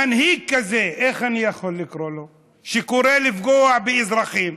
מנהיג כזה, שקורא לפגוע באזרחים,